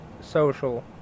social